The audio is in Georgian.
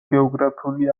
გეოგრაფიული